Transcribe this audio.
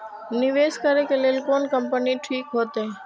निवेश करे के लेल कोन कंपनी ठीक होते?